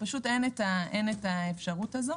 פשוט אין את האפשרות הזאת.